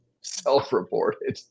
self-reported